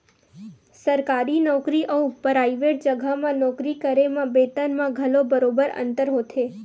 सरकारी नउकरी अउ पराइवेट जघा म नौकरी करे म बेतन म घलो बरोबर अंतर होथे